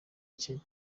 kenya